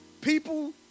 People